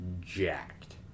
jacked